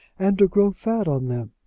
and to grow fat on them.